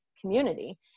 community